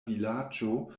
vilaĝo